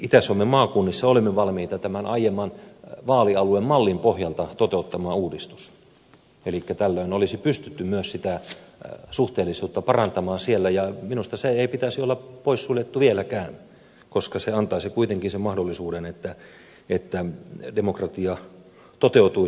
itä suomen maakunnissa olimme valmiita tämän aiemman mallin vaalialuemallin pohjalta toteuttamaan uudistuksen elikkä tällöin olisi pystytty myös sitä suhteellisuutta parantamaan siellä ja minusta sen ei pitäisi olla poissuljettu vieläkään koska se antaisi kuitenkin sen mahdollisuuden että demokratia toteutuisi